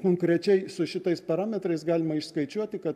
konkrečiai su šitais parametrais galima išskaičiuoti kad